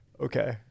Okay